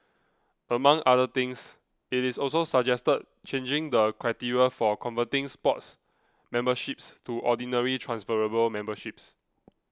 among other things it also suggested changing the criteria for converting Sports memberships to Ordinary transferable memberships